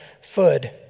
food